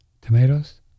Tomatoes